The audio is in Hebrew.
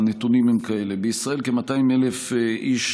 הנתונים הם כאלה: בישראל כ-200,000 איש,